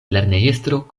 lernejestro